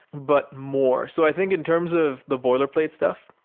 but more. so i think in terms of the boilerplate stuff,